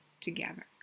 together